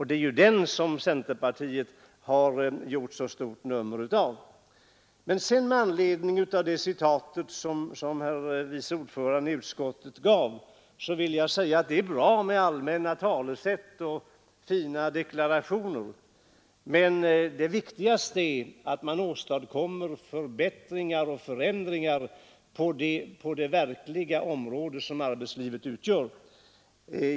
Det är ju det som centerpartiet har gjort så stort nummer av. Men med anledning av det citat som herr vice ordföranden i utskottet anförde vill jag säga att det är bra med allmänna talesätt och fina deklarationer; det viktigaste är dock att man åstadkommer förbättringar och förändringar på det verkliga området som arbetslivet utgör.